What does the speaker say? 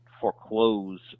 foreclose